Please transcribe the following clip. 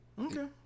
Okay